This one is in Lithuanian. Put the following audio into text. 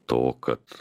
to kad